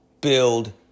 build